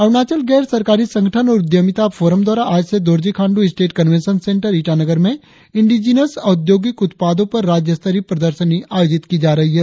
अरुणाचल गैर सरकारी संगठन और उद्यमिता फोरम द्वारा आज से Dorji Khandu state convention centre Itanagar में इंडीजिनस ओद्योगिक उत्पादो पर राज्य स्तरीय प्रदर्शनी आयोजित की जा रही है